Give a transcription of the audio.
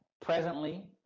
presently